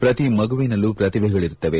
ಪ್ರತಿ ಮಗುವಿನಲ್ಲೂ ಪ್ರತಿಭೆಗಳಿರುತ್ತವೆ